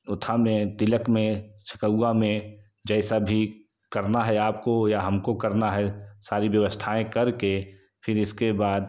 ओथा में तिलक में छकौआ में जैसा भी करना है आपको या हमको करना है सारी व्यवस्थाएँ करके फिर इसके बाद